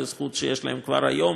זו זכות שיש להם כבר היום,